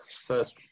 first